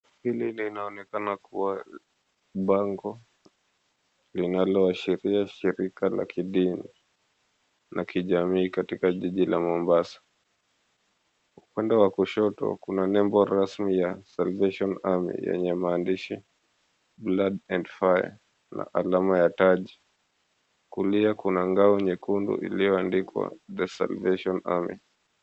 Hili linaonekana kuwa bango linaloashiria shirika la kidini na kijamii katika jiji la Mombasa. Upande wa kushoto, kuna nembo rasmi ya Salvation Army yenye maandishi, "Blood and fire", na alama ya taji. Kulia kuna ngao nyekundu iliyoandikwa, "The Salvation Army".